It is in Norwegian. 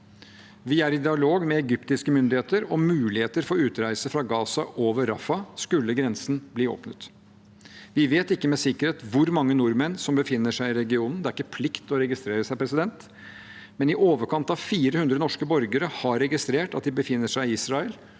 Vi er i dialog med egyptiske myndigheter om muligheter for utreise fra Gaza over Rafah skulle grensen bli åpnet. Vi vet ikke med sikkerhet hvor mange nordmenn som befinner seg i regionen, for det er ikke plikt til å registrere seg, men i overkant av 400 norske borgere har registrert at de befinner seg i Israel,